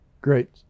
Great